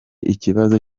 ikibazo